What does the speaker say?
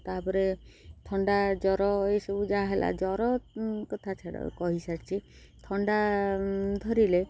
ତା'ପରେ ଥଣ୍ଡା ଜ୍ୱର ଏସବୁ ଯାହା ହେଲା ଜ୍ୱର କଥା ଛଡ଼ା କହିସାରିଛି ଥଣ୍ଡା ଧରିଲେ